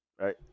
right